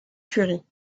currie